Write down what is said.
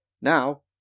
Now